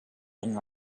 been